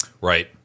right